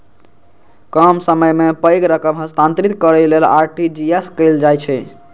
कम समय मे पैघ रकम हस्तांतरित करै लेल आर.टी.जी.एस कैल जाइ छै